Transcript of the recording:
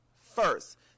First